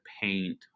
paint